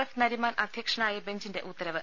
F Nariman അധ്യക്ഷനായ ബെഞ്ചിന്റെ ഉത്തരവ്